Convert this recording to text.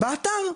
באתר.